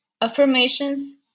affirmations